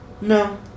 No